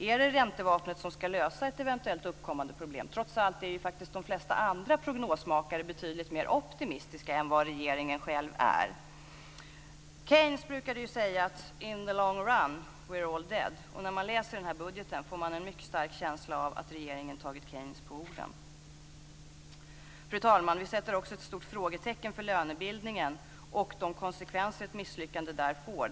Är det räntevapnet som ska lösa ett eventuellt uppkommande problem? Trots allt är ju de flesta andra prognosmakare betydligt mer optimistiska än vad regeringen själv är. Keynes brukade säga: In the long run we are all dead. När man läser budgeten får man en mycket stark känsla av att regeringen tagit Keynes på orden. Fru talman! Vi sätter också ett stort frågetecken för lönebildningen och de konsekvenser som ett misslyckande där får.